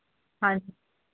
ਹਾਂਜੀ